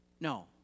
No